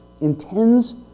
intends